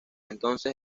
entonces